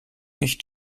nicht